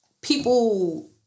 people